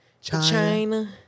China